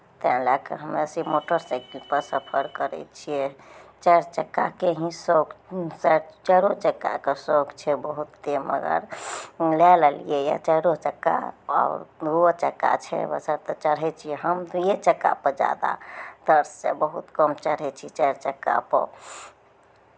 तैँ लए कऽ हमरा से मोटरसाइकिलपर सफर करै छियै चारि चक्काके ही शौक चारिओ चक्काके शौक छै बहुते मगर हमरा लग जे यए चारिओ चक्का आओर दूओ चक्का छै बशर्ते चढ़ै छियै हम दुइए चक्कापर जादातर से बहुत कम चढ़ै छियै चारि चक्कापर